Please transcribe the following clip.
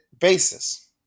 basis